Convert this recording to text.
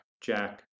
Jack